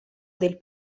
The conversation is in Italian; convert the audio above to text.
del